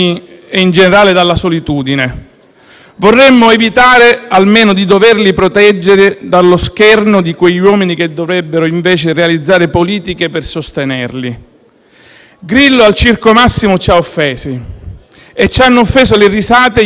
Vorremmo evitare almeno di doverli proteggere dallo scherno di quegli uomini che dovrebbero invece realizzare politiche per sostenerli. Grillo al Circo Massimo ci ha offesi *(Commenti del senatore Castaldi)* e ci hanno offeso le risate e gli applausi di quelli che stavano lì.